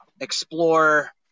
explore